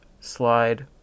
slide